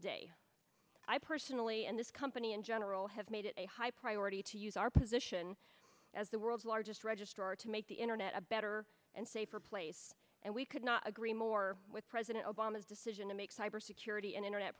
day i personally and this company in general have made it a high priority to use our position as the world's largest registrar to make the internet a better and safer place and we could not agree more with president obama's decision to make cybersecurity an internet